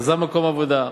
עזב מקום עבודה וכדומה.